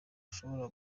ushobora